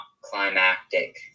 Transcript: climactic